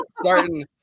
starting